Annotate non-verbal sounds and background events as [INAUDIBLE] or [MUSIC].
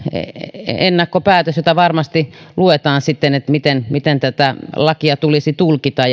ennakkopäätös jota varmasti luetaan sitten että miten tätä lakia tulisi tulkita [UNINTELLIGIBLE]